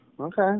Okay